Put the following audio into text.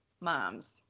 moms